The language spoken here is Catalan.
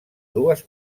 dues